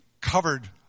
covered